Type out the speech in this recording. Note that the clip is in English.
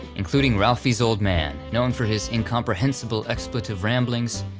including ralphie's old man, known for his incomprehensible expletive ramblings,